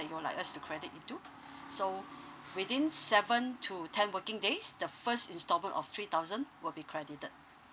that you'd like us to credit into so within seven to ten working days the first installment of three thousand will be credited